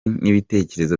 n’ibitekerezo